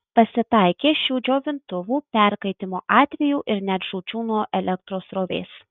pasitaikė šių džiovintuvų perkaitimo atvejų ir net žūčių nuo elektros srovės